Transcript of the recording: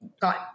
got